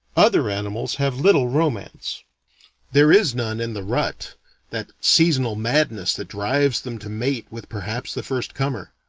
other animals have little romance there is none in the rut that seasonal madness that drives them to mate with perhaps the first comer.